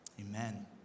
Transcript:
amen